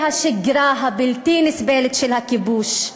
שהשגרה הבלתי-נסבלת של הכיבוש,